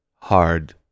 hard